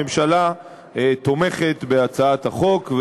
הממשלה תומכת בהצעת החוק.